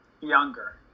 Younger